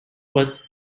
was